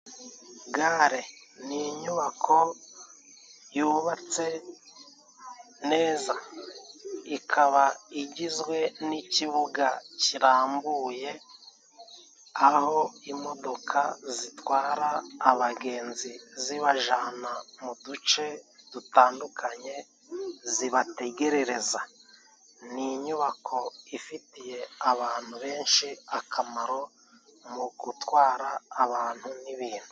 Gare ni inyubako yubatse neza ikaba igizwe n'ikibuga kirambuye aho imodoka zitwara abagenzi zibajana mu duce dutandukanye zibategerereza ni inyubako ifitiye abantu benshi akamaro mu gutwara abantu n'ibintu.